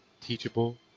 teachable